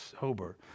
Sober